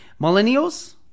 millennials